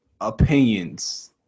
opinions